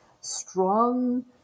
strong